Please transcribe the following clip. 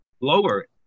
lower